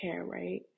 right